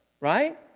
right